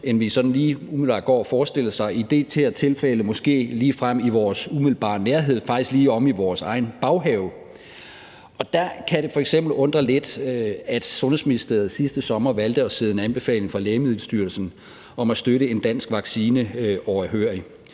sådan lige umiddelbart går og forestiller os, og i det her tilfælde er de måske ligefrem i vores umiddelbare nærhed, faktisk lige omme i vores egen baghave. Der kan det f.eks. undre lidt, at Sundhedsministeriet sidste sommer valgte at sidde en anbefaling fra Lægemiddelstyrelsen om at støtte en dansk vaccine overhørig.